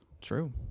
True